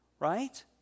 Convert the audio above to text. right